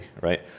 right